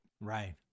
Right